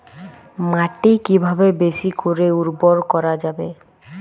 মাটি কিভাবে বেশী করে উর্বর করা যাবে?